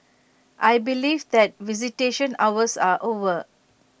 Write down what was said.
I believe that visitation hours are over